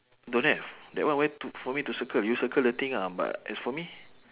don't have that one where to for me to circle you circle the thing lah but as for me